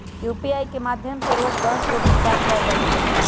UPI के माध्यम से रोज दस गो भुगतान कयल जा सकइ छइ